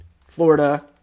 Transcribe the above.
Florida